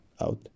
out